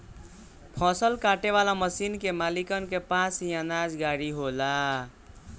फसल काटे वाला मशीन के मालिकन के पास ही अनाज गाड़ी होला